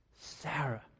Sarah